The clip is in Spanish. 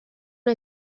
una